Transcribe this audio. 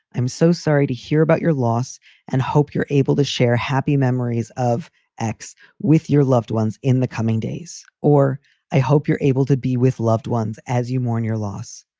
i'm so sorry to hear about your loss and hope you're able to share happy memories of x with your loved ones in the coming days. or i hope you're able to be with loved ones as you mourn your loss.